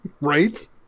right